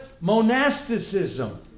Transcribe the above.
monasticism